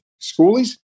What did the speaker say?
schoolies